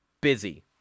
busy